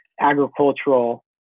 agricultural